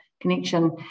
connection